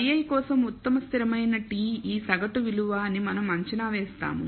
yi కోసం ఉత్తమ స్థిరమైన t ఈ సగటు విలువ అని మనం అంచనా వేస్తాము